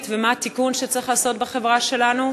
ומה התיקון שצריך לעשות בחברה שלנו.